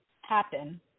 happen